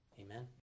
Amen